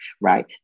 right